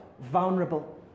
vulnerable